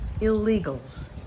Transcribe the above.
illegals